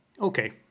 Okay